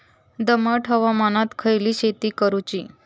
दमट हवामानात खयली शेती करूची?